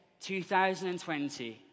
2020